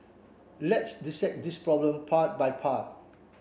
let's dissect this problem part by part